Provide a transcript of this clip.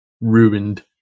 ruined